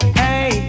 hey